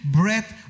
breath